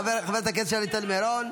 חבר הכנסת יצחק פינדרוס,